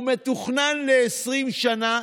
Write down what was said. הוא מתוכנן ל-20 שנה,